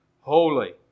holy